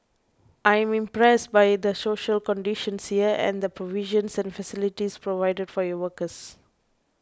I am impressed by the social conditions here and the provisions and facilities provided for your workers